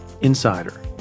insider